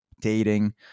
dating